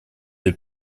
для